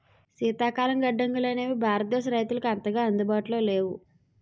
శీతల గడ్డంగులనేవి భారతదేశ రైతులకు అంతగా అందుబాటులో లేవు